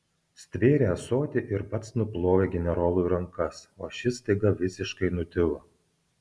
stvėrė ąsotį ir pats nuplovė generolui rankas o šis staiga visiškai nutilo